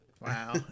Wow